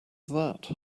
that